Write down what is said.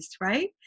right